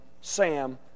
Sam